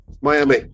Miami